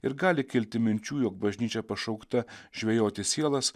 ir gali kilti minčių jog bažnyčia pašaukta žvejoti sielas